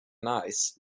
nice